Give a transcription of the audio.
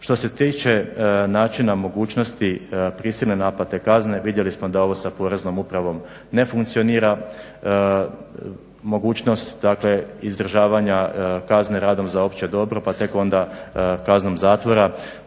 Što se tiče načina mogućnosti prisilne naplate kazne vidjeli smo da ovo sa Poreznom upravom ne funkcionira. Mogućnost dakle izdržavanja kazne radom za opće dobro pa tek onda kaznom zatvora.